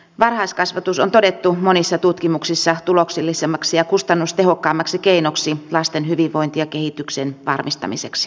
varhaiskasvatus on todettu monissa tutkimuksissa tuloksellisimmaksi ja kustannustehokkaimmaksi keinoksi lasten hyvinvoinnin ja kehityksen varmistamiseksi